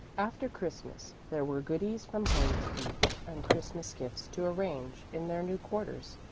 after christmas there were goodies from home to eat and christmas-gifts to arrange in their new quarters.